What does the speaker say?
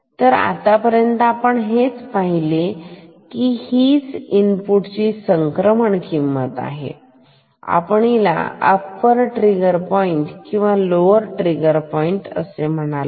तर आतापर्यंत आपण हेच पाहिले आहे हीच इनपुट ची संक्रमण किंमत आहे आपण हिला अप्पर ट्रिगर पॉईंट किंवा लोवर ट्रिगर पॉईंट असे म्हणालो